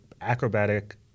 acrobatic